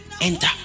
enter